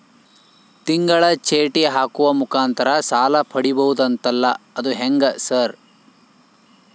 ತಿಂಗಳ ಚೇಟಿ ಹಾಕುವ ಮುಖಾಂತರ ಸಾಲ ಪಡಿಬಹುದಂತಲ ಅದು ಹೆಂಗ ಸರ್?